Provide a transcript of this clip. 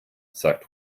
sagt